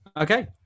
okay